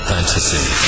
Fantasy